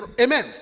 Amen